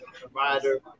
provider